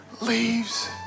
leaves